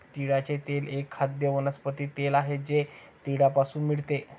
तिळाचे तेल एक खाद्य वनस्पती तेल आहे जे तिळापासून मिळते